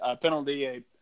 penalty